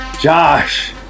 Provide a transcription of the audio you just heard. Josh